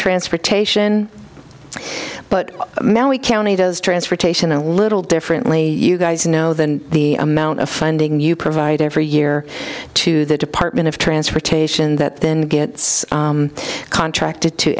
transportation but we county does transportation a little differently you guys know than the amount of funding you provide every year to the department of transportation that then get it's contracted to